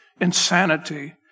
insanity